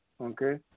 okay